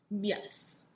Yes